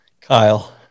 Kyle